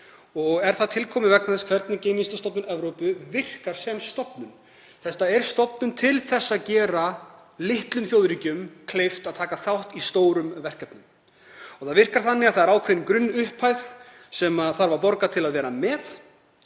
en það er vegna þess hvernig Geimvísindastofnun Evrópu virkar sem stofnun. Þetta er stofnun til að gera litlum þjóðríkjum kleift að taka þátt í stórum verkefnum. Það virkar þannig að það er ákveðin grunnupphæð sem þarf að borga til að vera með.